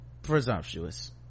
presumptuous